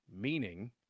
Meaning